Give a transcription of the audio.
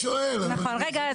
אז